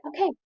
okay